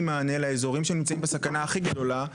מענה לאזורים שנמצאים בסכנה הכי גדולה,